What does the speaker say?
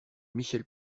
michel